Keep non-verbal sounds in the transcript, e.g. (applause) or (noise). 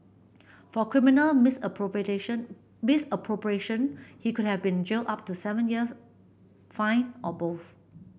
for criminal misappropriation (unintelligible) he could have been jailed up to seven years fined or both